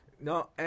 No